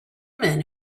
men